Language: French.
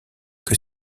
que